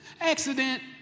accident